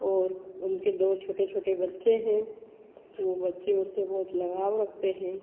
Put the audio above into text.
और उनके तो छोटे छोटे बच्चे हैं वो बच्चे मुझसे बहुत लगाव रखते हैं